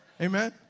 Amen